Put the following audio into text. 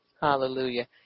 Hallelujah